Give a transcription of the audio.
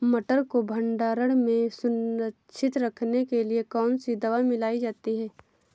मटर को भंडारण में सुरक्षित रखने के लिए कौन सी दवा मिलाई जाती है?